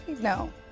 No